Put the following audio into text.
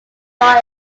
law